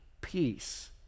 peace